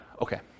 Okay